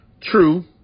True